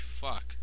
fuck